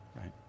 right